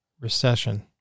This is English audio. recession